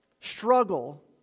struggle